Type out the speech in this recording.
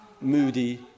moody